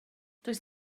does